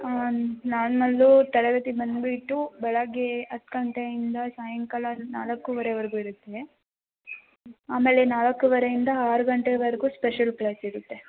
ಹಾಂ ನಾರ್ಮಲು ತರಗತಿ ಬಂದುಬಿಟ್ಟು ಬೆಳಗ್ಗೆ ಹತ್ತು ಗಂಟೆಯಿಂದ ಸಾಯಂಕಾಲ ನಾಲ್ಕುವರೆವರೆಗೂ ಇರುತ್ತೆ ಆಮೇಲೆ ನಾಲ್ಕುವರೆಯಿಂದ ಆರು ಗಂಟೆವರೆಗೂ ಸ್ಪೆಷಲ್ ಕ್ಲಾಸ್ ಇರುತ್ತೆ